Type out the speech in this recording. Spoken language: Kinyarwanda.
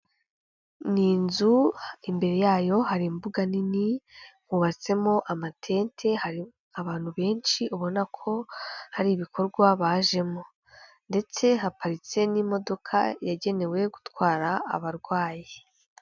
Ni nzu imbere yayo hari imbuga nini, hubatsemo amatente, hari abantu benshi ubona ko hari ibikorwa bajemo ndetse haparitse n'imodoka yagenewe gutwara abarwayi.